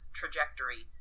trajectory